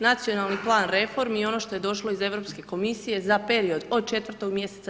Nacionalni plan reformi i ono što je došlo iz europske komisije za period od 4. mj.